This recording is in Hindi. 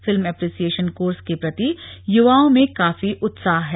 फिल्म एप्रिसियेशन कोर्स के प्रति युवाओं में काफी उत्साह है